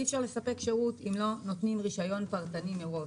אי אפשר לספק שירות אם לא נותנים רישיון פרטני מראש.